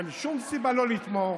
אין שום סיבה לא לתמוך,